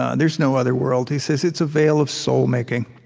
ah there is no other world. he says, it's a vale of soul-making.